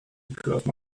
because